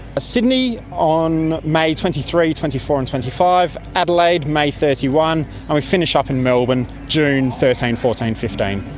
sydney on may twenty three, twenty four and twenty five, adelaide may thirty one, and we finish up in melbourne june thirteen, fourteen, fifteen.